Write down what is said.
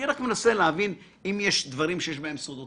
אני רק מנסה להבין אם יש דברים שיש בהם סודות